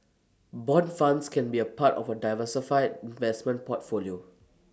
Bond funds can be A part of A diversified vestment portfolio